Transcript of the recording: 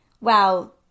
wow